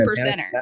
percenter